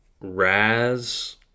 Raz